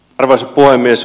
arvoisa puhemies